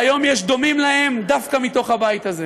והיום יש דומים להם דווקא מתוך הבית הזה.